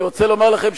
אני רוצה לומר לכם,